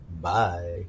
Bye